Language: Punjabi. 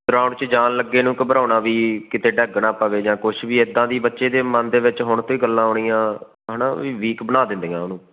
ਗਰੋਂਡ 'ਚ ਜਾਣ ਲੱਗੇ ਨੂੰ ਘਬਰਾਉਣਾ ਵੀ ਕਿਤੇ ਡਿੱਗ ਨਾ ਪਵੇ ਜਾਂ ਕੁਛ ਵੀ ਏਦਾਂ ਦੀ ਬੱਚੇ ਦੇ ਮਨ ਦੇ ਵਿੱਚ ਹੁਣ ਤੋਂ ਹੀ ਗੱਲਾਂ ਆਉਣੀਆਂ ਹੈ ਨਾ ਵੀ ਵੀਕ ਬਣਾ ਦਿੰਦੀਆਂ ਉਹਨੂੰ